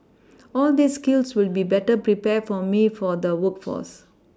all these skills will be better prepare me for the workforce